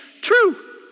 True